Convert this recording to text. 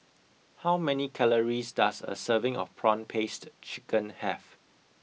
how many calories does a serving of prawn paste chicken have